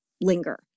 linger